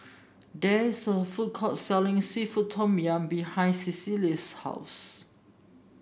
there is a food court selling seafood Tom Yum behind Cecily's house